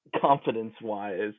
confidence-wise